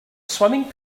swimming